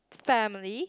family